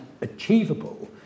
achievable